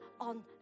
on